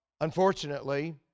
Unfortunately